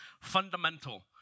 fundamental